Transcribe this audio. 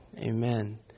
Amen